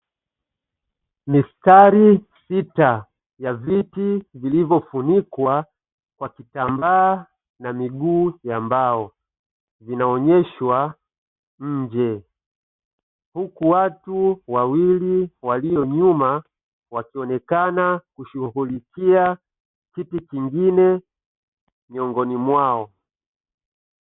Mistari sita ya viti vilivyofunikwa kwa vitambaa na miguu ya mbao inaonyeshwa nje, huku watu wawili waliyo nyuma wakionekana kushughulikia kiti kingine miongoni mwao.